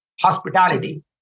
hospitality